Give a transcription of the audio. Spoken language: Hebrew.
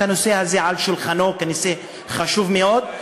הנושא הזה על שולחנו כנושא חשוב מאוד,